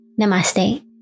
Namaste